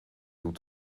toe